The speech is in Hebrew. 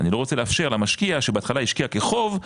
ואני לא רוצה לאפשר למשקיע שבהתחלה השקיע כחוב,